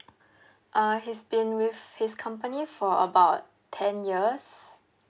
uh he's been with his company for about ten years